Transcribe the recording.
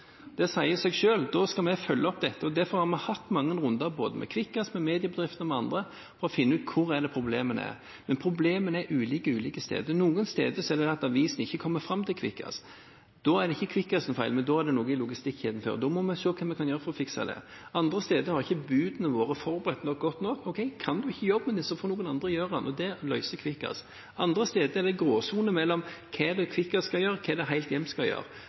Det sier seg selv, og da skal vi følge opp dette. Derfor har vi hatt mange runder med Kvikkas, mediebedriftene og med andre for å finne ut hvor problemene er. Men problemene er ulike på ulike steder. Noen steder er problemet at avisene ikke kommer fram til Kvikkas. Da er det ikke Kvikkas’ feil, da er det noe i logistikkjeden før. Da må vi se hva vi kan gjøre for å fikse det. Andre steder har ikke budene vært godt nok forberedt. Kan man ikke jobben sin, får noen andre gjøre den, og det løser Kvikkas. Andre steder er det en gråsone mellom hva Kvikkas skal gjøre, og hva Helthjem skal gjøre.